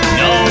no